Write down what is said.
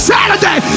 Saturday